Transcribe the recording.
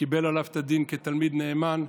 קיבל עליו את הדין כתלמיד נאמן.